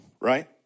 right